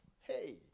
hey